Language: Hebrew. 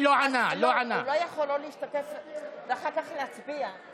ללא שמירה על המערכות הטבעיות כך שתהיינה עמידות